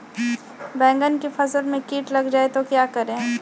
बैंगन की फसल में कीट लग जाए तो क्या करें?